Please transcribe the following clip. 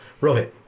Right